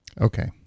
Okay